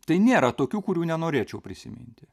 tai nėra tokių kurių nenorėčiau prisiminti